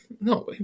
No